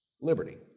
liberty